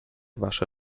wasze